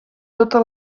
tota